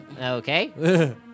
Okay